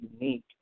unique